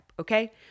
okay